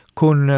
con